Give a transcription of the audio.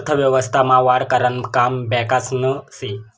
अर्थव्यवस्था मा वाढ करानं काम बॅकासनं से